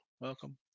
Welcome